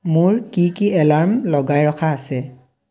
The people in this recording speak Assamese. মোৰ কি কি এলাৰ্ম লগাই ৰখা আছে